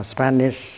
Spanish